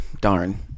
darn